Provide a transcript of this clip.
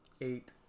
Eight